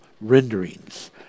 renderings